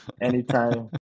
Anytime